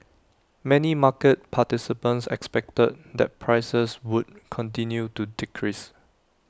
many market participants expected that prices would continue to decrease